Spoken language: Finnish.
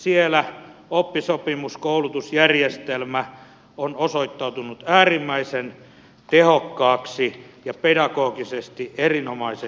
siellä oppisopimuskoulutusjärjestelmä on osoittautunut äärimmäisen tehokkaaksi ja pedagogisesti erinomaiseksi järjestelmäksi